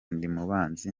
ndimubanzi